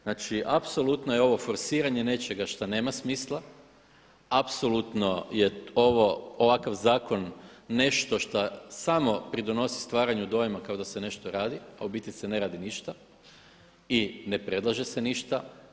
Znači apsolutno je sada ovo forsiranje nečega što nema smisla, apsolutno je ovakav zakon nešto što samo pridonosi stvaranju dojma kao da se nešto radi, a u biti se ne radi ništa i ne predlaže se ništa.